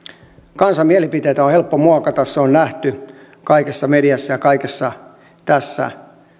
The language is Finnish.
kansan mielipiteitä on helppo muokata se on nähty kaikessa mediassa ja kaikessa tässä